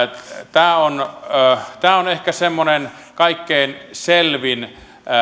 tämä on tämä on ehkä semmoinen kaikkein selvin